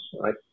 right